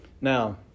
Now